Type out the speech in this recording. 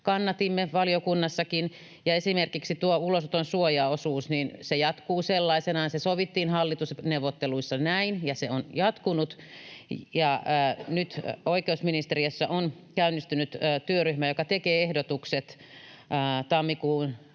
kannatimme, ja esimerkiksi tuo ulosoton suojaosuus jatkuu sellaisenaan. Se sovittiin hallitusneuvotteluissa näin, ja se on jatkunut. Nyt oikeusministeriössä on käynnistynyt työryhmä, joka tekee ehdotukset tammikuun